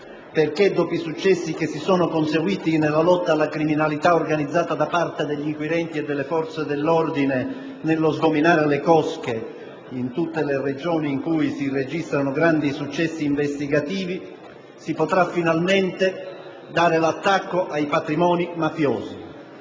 affinché, dopo i successi conseguiti nella lotta alla criminalità organizzata da parte degli inquirenti e delle forze dell'ordine nello sgominare le cosche in tutte le Regioni - in cui si registrano grandi successi investigativi, si possa finalmente lanciare l'attacco ai patrimoni mafiosi.